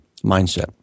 mindset